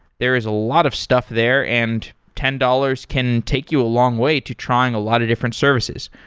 there is a lot of stuff there, and ten dollars can take you a long way to trying a lot of different services.